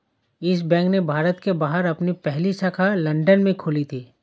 yes Bank ने भारत के बाहर अपनी पहली शाखा लंदन में खोली थी